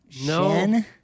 No